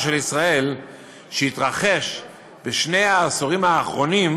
של ישראל שהתרחש בשני העשורים האחרונים,